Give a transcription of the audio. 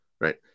Right